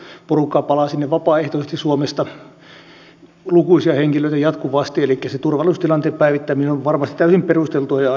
porukkaa palaa sinne vapaaehtoisesti suomesta lukuisia henkilöitä jatkuvasti elikkä se turvallisuustilanteen päivittäminen on varmasti täysin perusteltua ja aiheellista